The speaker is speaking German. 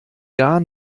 gar